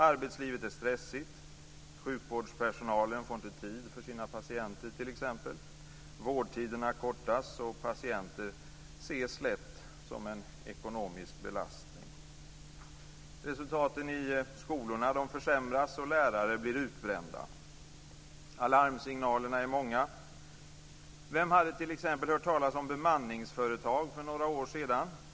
Arbetslivet är stressigt, sjukvårdspersonalen får inte tid för sina patienter t.ex., vårdtiderna kortas och patienter ses lätt som en ekonomisk belastning. Resultaten i skolorna försämras och lärare blir utbrända. Alarmsignalerna är många. Vem hade t.ex. hört talas om bemanningsföretag för några år sedan?